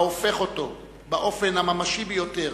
ההופך אותו באופן הממשי ביותר